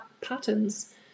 patterns